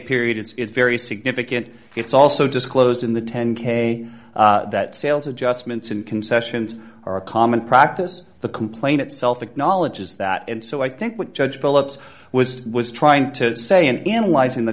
period it's very significant it's also disclosed in the ten k that sales adjustments and concessions are a common practice the complaint itself acknowledges that and so i think what judge philips was was trying to say in analyzing the